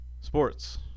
Sports